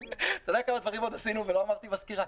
אתה יודע עוד כמה דברים עשינו ולא אמרתי בסקירה?